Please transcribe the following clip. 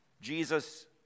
Jesus